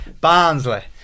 Barnsley